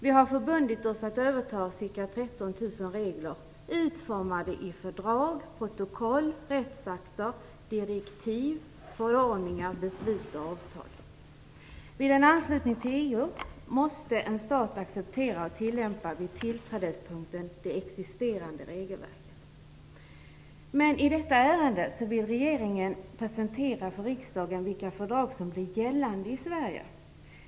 Vi har förbundit oss att överta cirka Vid en anslutning till EU måste en stat acceptera och tillämpa vid tillträdespunkten existerande regelverket. I detta ärende vill regeringen för riksdagen presentera vilka fördrag som blir gällande i Sverige.